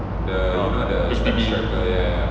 H_D_B